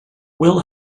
will